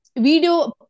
video